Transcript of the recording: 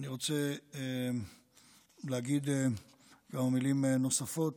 אני רוצה להגיד כמה מילים נוספות